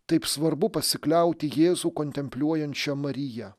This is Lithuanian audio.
taip svarbu pasikliauti jėzų kontempliuojančia marija